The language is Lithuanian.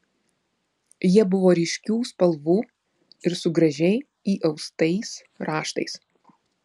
jie buvo ryškių spalvų ir su gražiai įaustais raštais